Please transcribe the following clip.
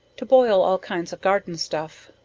to boil all kinds of garden stuff.